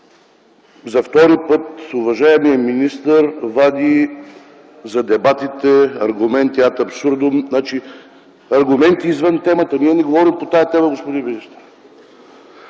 За втори път уважаемият министър вади за дебатите аргументум ад абсурдом - аргументи извън темата. Ние не говорим по тази тема, господин министър.